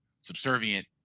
subservient